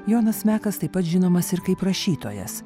jonas mekas taip pat žinomas ir kaip rašytojas